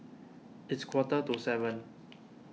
its quarter to seven